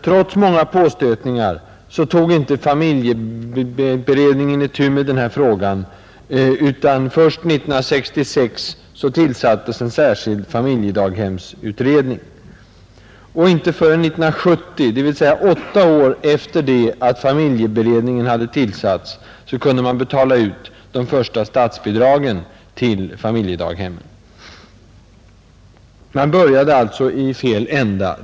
Trots många påstötningar tog inte familjeberedningen itu med den frågan. Först 1966 tillsattes en särskild familjedaghemsutredning. Och inte förrän 1970, dvs. åtta år efter det att familjeberedningen hade tillsatts, kunde man betala ut de första statsbidragen till familjedaghemmen. Man började alltså i fel ända.